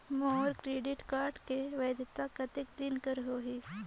मोर credit card के वैधता कतेक दिन कर होही?